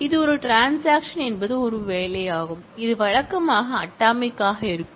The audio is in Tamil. இது ஒரு ட்ரான்ஸாக்ஷன் என்பது ஒரு வேலையாகும் இது வழக்கமாக அட்டாமிக் ஆகும்